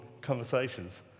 conversations